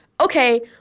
okay